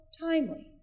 timely